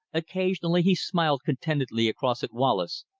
occasionally he smiled contentedly across at wallace,